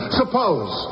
suppose